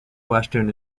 western